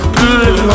good